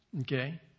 Okay